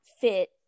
fit